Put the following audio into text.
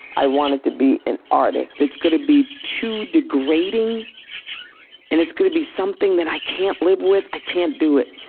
i wanted to be an artist. if it's going to be too degrading and it's going to be something that i can't live with, i can't do it.